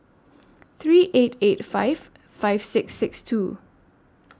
three eight eight five five six six two